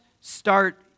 start